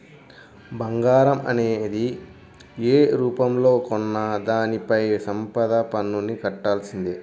బంగారం అనేది యే రూపంలో కొన్నా దానిపైన సంపద పన్నుని కట్టాల్సిందే